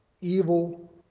evil